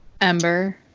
ember